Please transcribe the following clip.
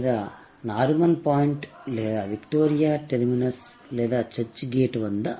లేదా నారిమన్ పాయింట్ లేదా Victoria Terminus లేదా చర్చి గేట్ వద్ద